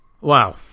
Wow